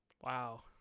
Wow